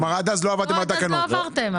כלומר, עד אז לא עבדתם על התקנות.